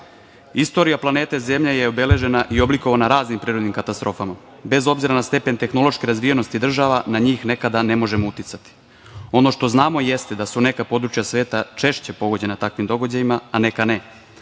Balkanu. Istorija planete zemlje je obeležena i oblikovana raznim prirodnim katastrofama. Bez obzira na stepen tehnološke razvijenosti država, na njih nekada ne možemo uticati. Ono što znamo jeste da su neka područja sveta češće pogođena takvim događajima, a neka ne.